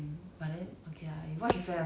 scream